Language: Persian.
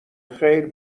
خیر